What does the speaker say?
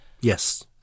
Yes